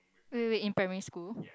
wait wait wait in primary school